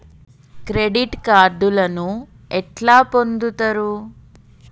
Credit కార్డులను ఎట్లా పొందుతరు?